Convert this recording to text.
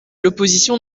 l’opposition